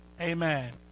Amen